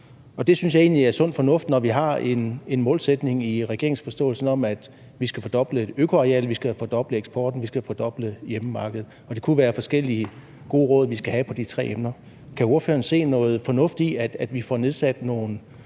Det synes jeg egentlig er sund fornuft, når vi har en målsætning i regeringsforståelsen om, at vi skal fordoble øko-arealet, vi skal have fordoblet eksporten, vi skal have fordoblet hjemmemarkedet. Det kunne være forskellige gode råd, vi skal have angående de tre emner. Kan ordføreren se noget fornuft i, at vi får nedsat nogle